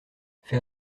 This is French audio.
fais